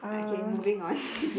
okay moving on